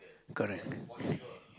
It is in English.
correct